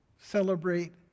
celebrate